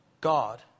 God